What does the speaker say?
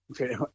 Okay